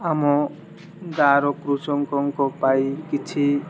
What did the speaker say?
ଆମ ଗାଁର କୃଷକଙ୍କ ପାଇଁ କିଛି